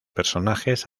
personajes